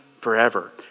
forever